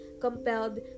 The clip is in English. compelled